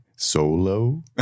Solo